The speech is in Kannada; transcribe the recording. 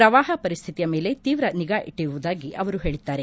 ಪ್ರವಾಪ ಪರಿಸ್ಥಿತಿಯ ಮೇಲೆ ತೀವ್ರ ನಿಗಾ ಇಟ್ಟಿರುವುದಾಗಿ ಅವರು ಹೇಳಿದ್ದಾರೆ